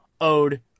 owed